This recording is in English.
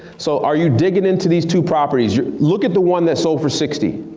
so are you digging in to these two properties? look at the one that sold for sixty.